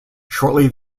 shortly